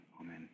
Amen